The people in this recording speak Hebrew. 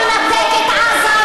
אתה מנתק את עזה